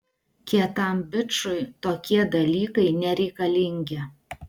kietam bičui tokie dalykai nereikalingi